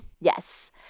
Yes